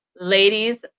ladies